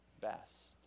best